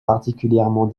particulièrement